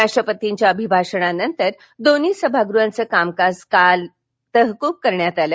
राष्ट्रपतींच्या अभिभाषणानंतर दोन्ही सभागृहाचं कामकाज काल तहकूब करण्यात आलं